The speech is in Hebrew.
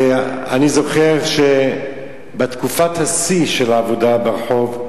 אני זוכר שבתקופת השיא של העבודה ברחוב,